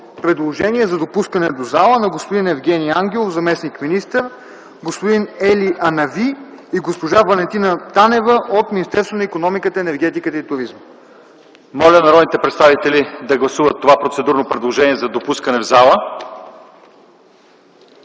предложение за допускане в залата на господин Евгени Ангелов – заместник-министър, господин Ели Анави и госпожа Валентина Танева от Министерството на икономиката, енергетиката и туризма. ПРЕДСЕДАТЕЛ ЛЪЧЕЗАР ИВАНОВ: Моля народните представители да гласуват това процедурно предложение за допускане в зала.